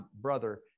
brother